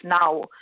now